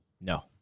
No